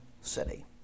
city